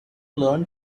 learn